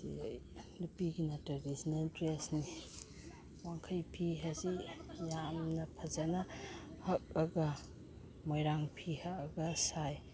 ꯑꯗꯒꯤ ꯅꯨꯄꯤꯒꯤꯅ ꯇ꯭ꯔꯦꯗꯤꯁꯅꯦꯜ ꯗ꯭ꯔꯦꯁꯅꯤ ꯋꯥꯡꯈꯩ ꯐꯤ ꯍꯥꯏꯁꯤ ꯌꯥꯝꯅ ꯐꯖꯅ ꯍꯛꯑꯒ ꯃꯣꯏꯔꯥꯡ ꯐꯤ ꯍꯛꯑꯒ ꯁꯥꯏ